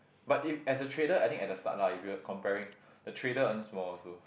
but if as a trader I think at the start lah if you're comparing the trader earns more also